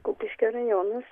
kupiškio rajonas